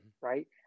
Right